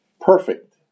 perfect